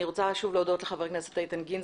אני רוצה להודות שוב לחבר הכנסת איתן גינזבורג,